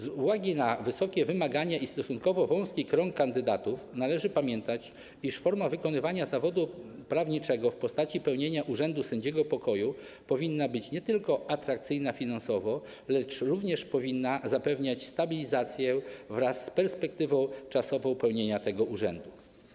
Z uwagi na wysokie wymagania i stosunkowo wąski krąg kandydatów należy pamiętać, iż forma wykonywania zawodu prawniczego w postaci sprawowania urzędu sędziego pokoju nie tylko powinna być atrakcyjna finansowo, lecz również powinna zapewniać stabilizację wraz z perspektywą czasową sprawowania tego urzędu.